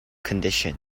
condition